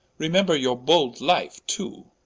remember your bold life too